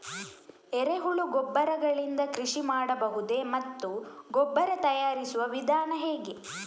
ಎರೆಹುಳು ಗೊಬ್ಬರ ಗಳಿಂದ ಕೃಷಿ ಮಾಡಬಹುದೇ ಮತ್ತು ಗೊಬ್ಬರ ತಯಾರಿಸುವ ವಿಧಾನ ಹೇಗೆ?